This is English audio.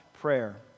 prayer